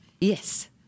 Yes